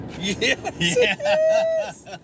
Yes